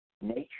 nature